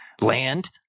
land